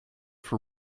for